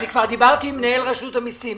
אני כבר דיברתי עם מנהל רשות המסים.